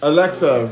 Alexa